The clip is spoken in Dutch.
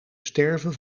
sterven